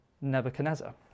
Nebuchadnezzar